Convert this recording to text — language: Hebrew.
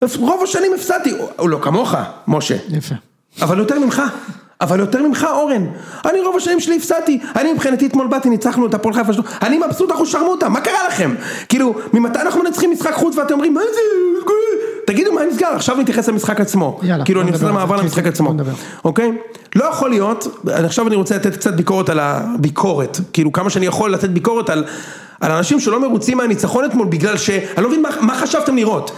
רוב השנים הפסדתי... או לא, כמוך, משה. יפה. אבל יותר ממך. אבל יותר ממך, אורן. אני רוב השנים שלי הפסדתי. אני מבחינתי אתמול באתי, ניצחנו את הפועל חיפה. אני מבסוט, אחושרמוטה. מה קרה לכם? כאילו, ממתי אנחנו נצחים משחק חוץ ואתם אומרים, מה זה? תגידו, מה נסגר? עכשיו נתייחס למשחק עצמו. כאילו, אני עושה מעבר למשחק עצמו. אוקיי? לא יכול להיות... עכשיו אני רוצה לתת קצת ביקורת על הביקורת. כאילו, כמה שאני יכול לתת ביקורת על אנשים שלא מרוצים הניצחון אתמול בגלל ש... אני לא מבין מה חשבתם לראות.